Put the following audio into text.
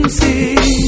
see